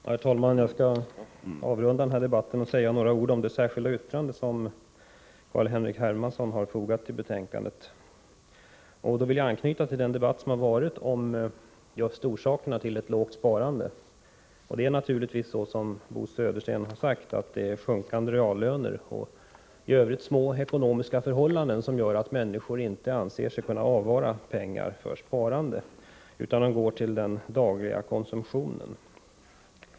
Herr talman! Jag skall avrunda den här debatten med några ord om det särskilda yttrande som Carl-Henrik Hermansson fogat till betänkandet. Jag vill då anknyta till den debatt som har förts om orsakerna till det låga sparandet. Det är naturligtvis så som Bo Södersten sagt, att det är sjunkande reallöner och små ekonomiska omständigheter även i övrigt som gör att människor inte anser sig kunna avvara pengar för sparande; pengarna går till den dagliga konsumtionen.